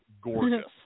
gorgeous